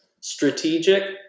strategic